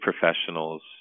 professionals